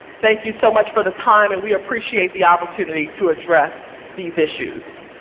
thank you so much for the time and we appreciate the opportunity to address these issues.